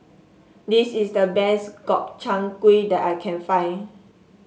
this is the best Gobchang Gui that I can find